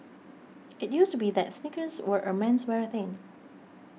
it used to be that sneakers were a menswear thing